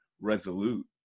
resolute